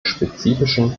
spezifischen